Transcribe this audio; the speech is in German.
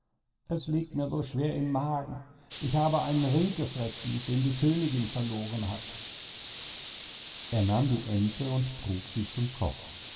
es liegt mir so schwer im magen ich habe einen ring gefressen den die königin verloren hat er nahm die ente und trug sie zum koch